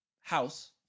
house